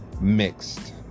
mixed